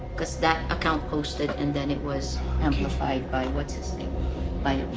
because that account posted, and then it was amplified by what's-his-name. by